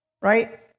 right